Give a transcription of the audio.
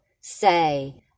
say